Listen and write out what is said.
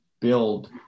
build